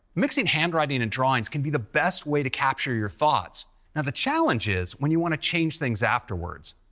mixing handwriting and drawings can be the best way to capture your thoughts. now the challenge is when you want to change things afterwards.